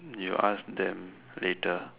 you ask them later